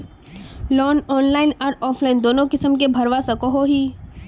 Loan online आर offline दोनों किसम के भरवा सकोहो ही?